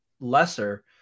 lesser